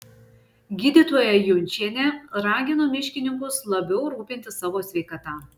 gydytoja junčienė ragino miškininkus labiau rūpintis savo sveikata